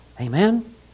Amen